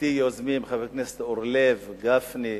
ואתי יזמו חברי הכנסת אורלב, גפני,